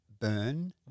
Burn